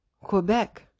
Quebec